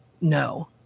no